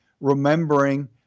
remembering